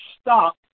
stop